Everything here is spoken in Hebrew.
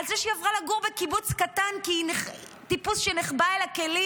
על זה שהיא עברה לגור בקיבוץ קטן כי היא טיפוס שנחבא אל הכלים,